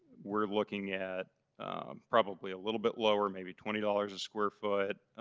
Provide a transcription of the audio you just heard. we're looking at probably a little bit lower, maybe twenty dollars a square foot.